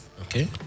Okay